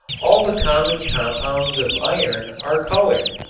all the common compounds of iron are colored.